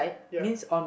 ya